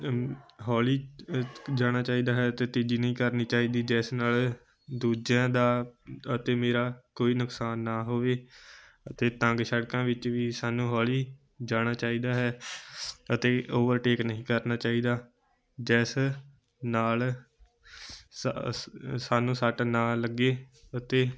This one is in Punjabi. ਹੌਲੀ ਜਾਣਾ ਚਾਹੀਦਾ ਹੈ ਅਤੇ ਤੇਜੀ ਨਹੀਂ ਕਰਨੀ ਚਾਹੀਦੀ ਜਿਸ ਨਾਲ ਦੂਜਿਆਂ ਦਾ ਅਤੇ ਮੇਰਾ ਕੋਈ ਨੁਕਸਾਨ ਨਾ ਹੋਵੇ ਅਤੇ ਤੰਗ ਸੜਕਾਂ ਵਿੱਚ ਵੀ ਸਾਨੂੰ ਹੌਲੀ ਜਾਣਾ ਚਾਹੀਦਾ ਹੈ ਅਤੇ ਓਵਰਟੇਕ ਨਹੀਂ ਕਰਨਾ ਚਾਹੀਦਾ ਜਿਸ ਨਾਲ ਸਾ ਅਸ ਸਾਨੂੰ ਸੱਟ ਨਾ ਲੱਗੇ ਅਤੇ